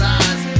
eyes